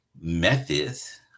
methods